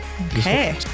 Okay